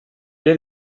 est